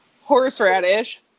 horseradish